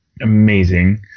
amazing